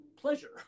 pleasure